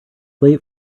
late